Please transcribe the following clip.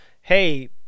Hey